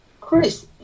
Chris